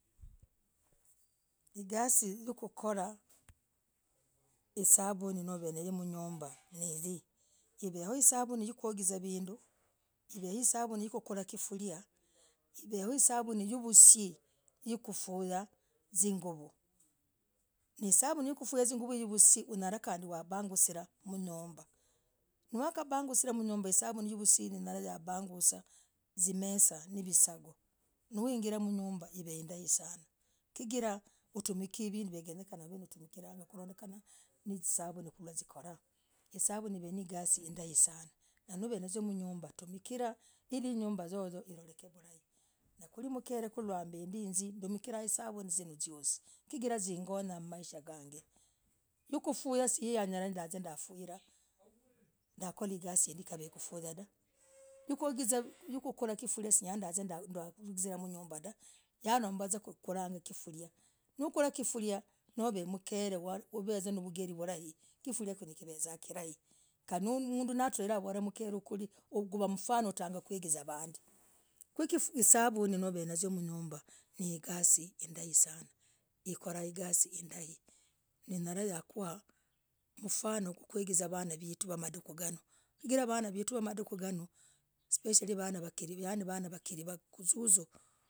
Higasii yekukora nisabuni. n wenewooh, mnyumbah. nihii. hiveoo sabuni yawoogiza vinduu hiveo hisabuni yakura sufuria hiveo hisabuni yavisii hivosii hikufulia zinguvoo n sabuni ne sabuni nikufulia zinguvoo unyalah kandi wabagusilah mnyumbah nuakambagusilah kandi hunyalah kubagasilah zimesa. nivisagua niugilah mnyumbah. nindai sana chigirah. humikiri vinduu yenyekene hutumikirie. kurondekanah nisabuni. zikolah, hisabuni iv nahigasii hindai sana nenovenzoyoo mnyumbah tumikiria hili, inyumba yoyoyo hiroleke vulai hili. mkere kwambendi nzii tumikiria hisabuni ziyoosii hing'onyaa mmaisha ngange, hikufua sinyalah. nazinefulia dah! Yakuogizaa vinduu nyalah! Ngolere, gasii, indaii. dah! Yakukuriasufuria dah! Nanombah za kuriakifuria. niuvaah! Mkele. kifuria kiveza vulai. Kandi. mnduu. natwlah. hilah, havolah. guvaa mfano utanga kuigiza. vaandi ku, hisabuni neevenayoo mnyumbah, nigasii, indaii sana, inyallah yakwa mfano speshalii vana wakuzuzu yakura. igasii, yakuingiza vaaduu ikora igasii, indaii sanah.